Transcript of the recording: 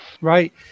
Right